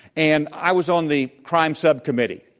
and, i was on the crime subcommittee.